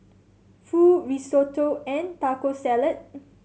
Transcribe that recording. Pho Risotto and Taco Salad